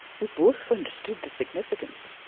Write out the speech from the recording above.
we both understood the significance